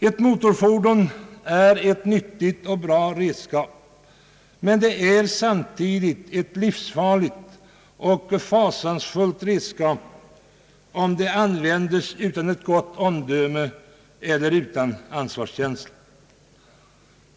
Ett motorfordon är ett nyttigt och bra redskap men samtidigt livsfarligt och fasansfullt om det används utan gott omdöme och ansvarskänsla.